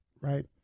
right